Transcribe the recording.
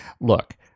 Look